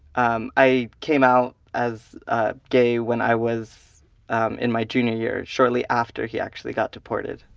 um i came out as ah gay when i was um in my junior year, shortly after he actually got deported.